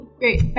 great